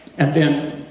and then,